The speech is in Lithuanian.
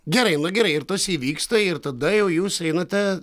gerai nu gerai ir tas įvyksta ir tada jau jūs einate